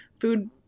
food